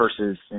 versus